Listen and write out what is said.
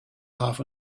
half